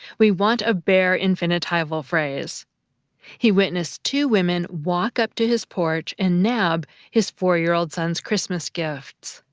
we want a bare infinitival phrase he witnessed two women walk up to his porch and nab his four-year-old son's christmas gifts.